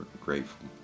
grateful